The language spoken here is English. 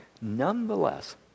nonetheless